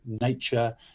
nature